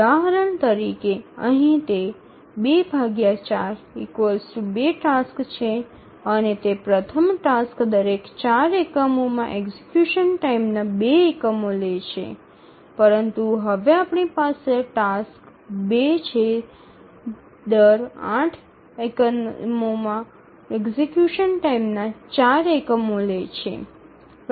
ઉદાહરણ તરીકે અહીં તે 2 ટાસક્સ છે તે પ્રથમ ટાસ્ક દરેક ૪ એકમોમાં એક્ઝિકયુશન ટાઇમના ૨ એકમો લે છે પરંતુ હવે આપણી પાસે ટાસ્ક ૨ છે દર ૮ એકમોમાં એક્ઝિકયુશન ટાઇમના ૪ એકમો લે છે